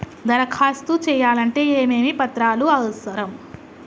దరఖాస్తు చేయాలంటే ఏమేమి పత్రాలు అవసరం?